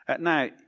Now